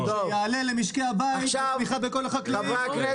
שיעלה למשקי הבית בתמיכה בכל החקלאים.